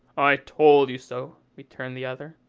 i told you so, returned the other,